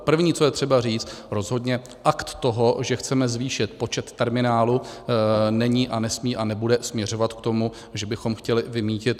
První, co je třeba říct, rozhodně akt toho, že chceme zvýšit počet terminálů, není a nesmí a nebude směřovat k tomu, že bychom chtěli vymýtit hotovost.